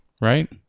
right